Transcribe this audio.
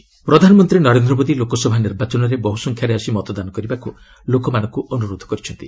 PM election ପ୍ରଧାନମନ୍ତ୍ରୀ ନରେନ୍ଦ୍ର ମୋଦି ଲୋକସଭା ନିର୍ବାଚନରେ ବହୁ ସଂଖ୍ୟାରେ ଆସି ମତଦାନ କରିବାକୁ ଲୋକମାନଙ୍କୁ ଅନୁରୋଧ କରିଛନ୍ତି